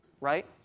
right